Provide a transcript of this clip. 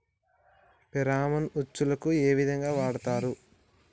Pheromone ఉచ్చులకు ఏ విధంగా వాడుతరు?